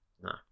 no